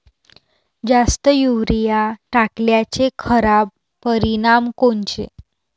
जास्त युरीया टाकल्याचे खराब परिनाम कोनचे?